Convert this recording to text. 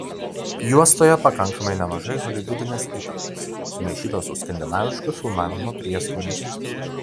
juostoje pakankamai nemažai holivudinės įtampos sumaišytos su skandinavišku filmavimo prieskoniu